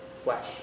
flesh